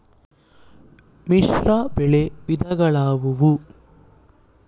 ಮಿಶ್ರಬೆಳೆ ವಿಧಗಳಾವುವು?